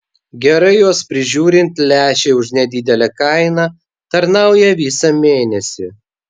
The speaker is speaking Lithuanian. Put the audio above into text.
gerai juos prižiūrint lęšiai už nedidelę kainą tarnauja visą mėnesį